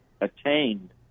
attained